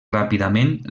ràpidament